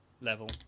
level